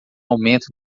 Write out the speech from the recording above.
aumento